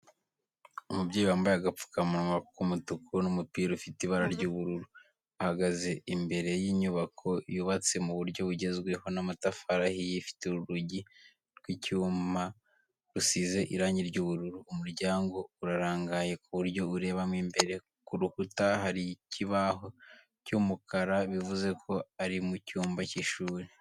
Umubyeyi wambaye agapfukamunwa k'umutuku n'umupira ufite ibara ry'ubururu, ahagaze imbere y'inyubako yubatse mu buryo bugezweho n'amatafari ahiye ifite urugi rw'icyuma rusize irangi ry'ubururu, umuryango urarangaye ku buryo urebamo imbere, ku rukuta hari ikibaho cy'umukara bivuze ko ari mu cyumba cy'ishuri.